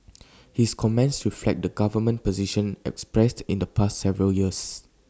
his comments reflect the government position expressed in the past several years